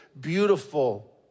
beautiful